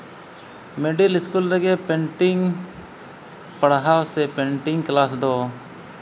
middle school ᱨᱮᱜᱮ painting ᱯᱟᱲᱦᱟᱣ ᱥᱮ ᱯᱮᱹᱱᱴᱤᱝ ᱠᱞᱟᱥ ᱫᱚ